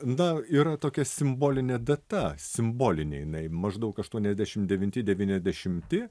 na yra tokia simbolinė data simbolinė jinai maždaug aštuoniasdešim devinti devyniasdešimti